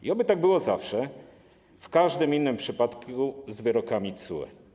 I oby tak było zawsze, w każdym innym przypadku z wyrokami TSUE.